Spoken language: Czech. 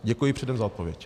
Děkuji předem za odpověď.